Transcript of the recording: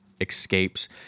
escapes